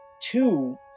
two